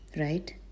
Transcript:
Right